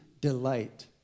delight